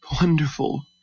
wonderful